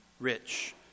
rich